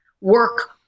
work